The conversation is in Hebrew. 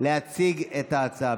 להציג את ההצעה,